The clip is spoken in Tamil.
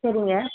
சரிங்க